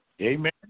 Amen